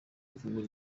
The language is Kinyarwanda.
kugura